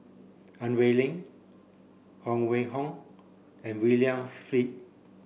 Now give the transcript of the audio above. Ang Wei Neng Huang Wenhong and William Flint